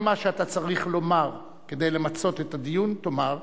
כל מה שאתה צריך לומר כדי למצות את הדיון, תאמר.